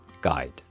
guide